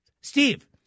Steve